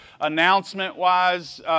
announcement-wise